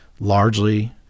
largely